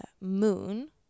moon